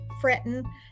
fretting